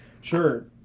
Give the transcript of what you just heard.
Sure